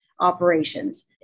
operations